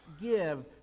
give